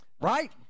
Right